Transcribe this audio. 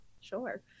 Sure